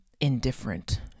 indifferent